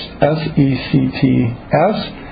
S-E-C-T-S